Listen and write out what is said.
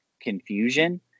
confusion